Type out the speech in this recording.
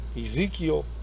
Ezekiel